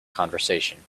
conversation